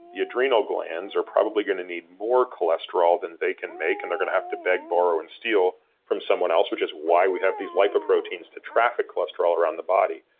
the adrenal glands are probably gonna need more cholesterol than they can make, and they're gonna have to beg, borrow, and steal from someone else, which is why we have these lipoproteins to traffic cholesterol around the body.